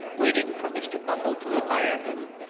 waiting for mr. bumble to admire him,